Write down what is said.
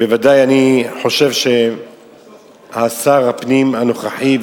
בוודאי אני חושב ששר הפנים הנוכחי,